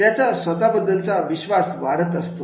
त्याचा स्वतःबद्दलचा विश्वास वाढत असतो